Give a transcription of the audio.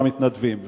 המתנדבים,